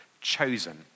chosen